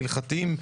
ההלכתיים,